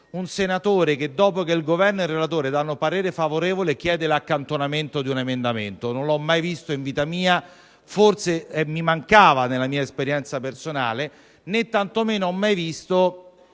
un senatore che, dopo che il Governo e il relatore hanno dato parere favorevole, chieda l'accantonamento dell'emendamento. Non l'ho mai visto in vita mia; forse mi mancava, nella mia esperienza personale. Né tantomeno ho mai visto